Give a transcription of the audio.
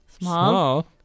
Small